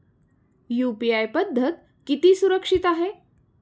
UPI पद्धत किती सुरक्षित आहे?